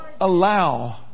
allow